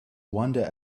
wander